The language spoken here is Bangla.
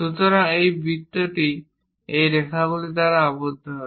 সুতরাং এই বৃত্তটি এই রেখাগুলি দ্বারা আবদ্ধ হবে